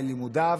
ללימודיו,